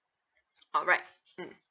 alright mm